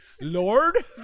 Lord